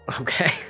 Okay